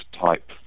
type